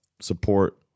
support